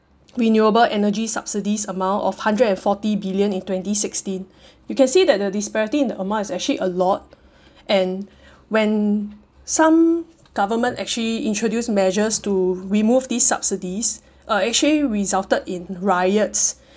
renewable energy subsidies amount of hundred and forty billion in twenty sixteen you can see that the disparity in the amount is actually a lot and when some government actually introduced measures to remove these subsidies uh actually resulted in riots